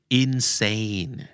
insane